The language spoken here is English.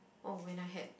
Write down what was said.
oh when I had